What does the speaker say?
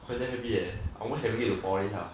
!wah! damn happy leh almost happy to get poly sia